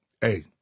Hey